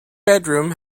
bedroom